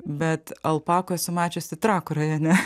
bet alpakų esu mačiusi trakų rajone